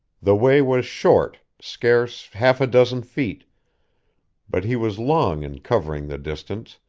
the way was short, scarce half a dozen feet but he was long in covering the distance,